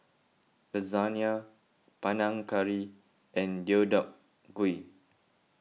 Lasagna Panang Curry and Deodeok Gui